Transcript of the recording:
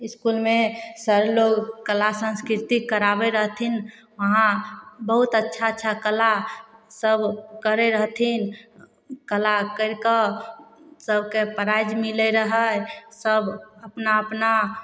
इसकुलमे सरलोग कला संस्कीर्ति कराबै रहथिन वहाँ बहुत अच्छा अच्छा कला सब करै रहथिन कला कैरके सबके प्राइज मिलै रहै सब अपना अपना